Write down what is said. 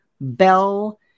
bell